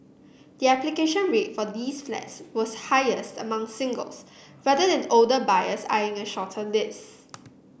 the application rate for these flats was highest among singles rather than older buyers eyeing a shorter lease